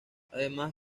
además